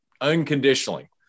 unconditionally